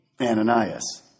Ananias